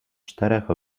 czterech